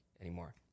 anymore